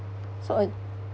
so ea~